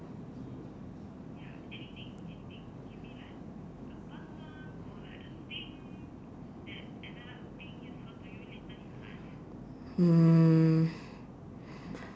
mm